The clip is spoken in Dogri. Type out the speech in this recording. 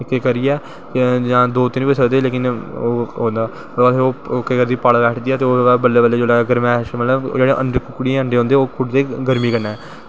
इक इक करिये ते जां दो तिन्न बी देआ सकदे लेकिन केह् करदियां जिसलै पाले बैठदियां ते जिसलै गरमैश मतलव कुक्कड़ियें दे अंडे कुड़दे गर्मी कन्नैं